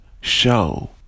Show